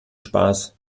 spaß